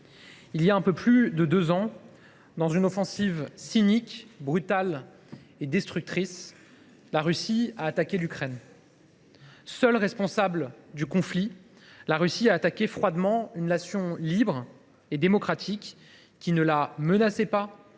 il y a un peu plus de deux ans, dans une offensive cynique, brutale et destructrice, la Russie a attaqué l’Ukraine. Seule responsable du conflit, la Russie a attaqué froidement une nation libre et démocratique, qui ne la menaçait pas,